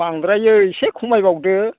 बांद्रायो एसे खमायबावदो